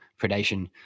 predation